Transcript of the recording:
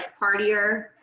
partier